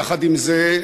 יחד עם זה,